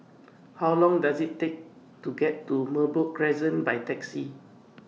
How Long Does IT Take to get to Merbok Crescent By Taxi